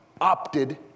opted